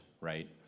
right